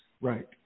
Right